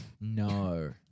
No